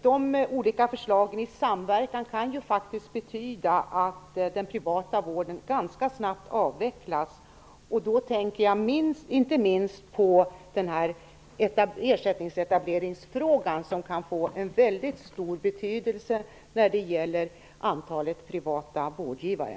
Dessa förslag kan sammantaget betyda att den privata vården ganska snabbt avvecklas. Då tänker jag inte minst på ersättningsetableringsfrågan som kan få en väldigt stor betydelse när det gäller antalet privata vårdgivare.